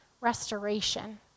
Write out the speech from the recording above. restoration